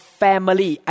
family